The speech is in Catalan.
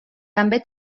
també